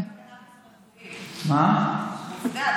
מעלים